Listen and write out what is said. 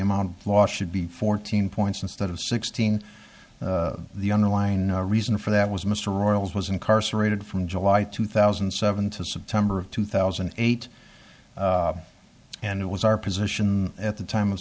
amount of law should be fourteen points instead of sixteen the underlying reason for that was mr royal's was incarcerated from july two thousand and seven to september of two thousand and eight and it was our position at the time of